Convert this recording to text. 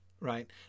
right